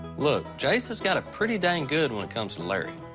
look, jase has got it pretty dang good when it comes to larry.